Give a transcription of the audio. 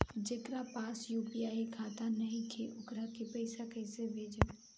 जेकरा पास यू.पी.आई खाता नाईखे वोकरा के पईसा कईसे भेजब?